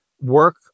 work